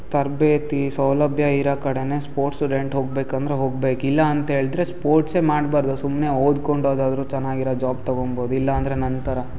ತರಬೇತಿ ಸೌಲಭ್ಯ ಇರೋ ಕಡೆಯೇ ಸ್ಪೋರ್ಟ್ಸು ಹೋಗಬೇಕಂದ್ರೆ ಹೋಗ್ಬೇಕು ಇಲ್ಲ ಅಂತ್ಹೇಳಿದ್ರೆ ಸ್ಪೋರ್ಟ್ಸೆ ಮಾಡಬಾರ್ದು ಸುಮ್ಮನೆ ಓದ್ಕೊಂಡು ಯಾವುದಾದ್ರು ಚೆನ್ನಾಗಿರೋ ಜಾಬ್ ತಗೊಂಬೋದು ಇಲ್ಲ ಅಂದರೆ ನನ್ನ ಥರ